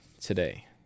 today